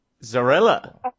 Zarella